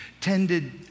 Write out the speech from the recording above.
tended